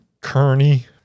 Kearney